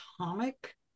atomic